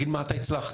תגיד במה אתה הצלחת.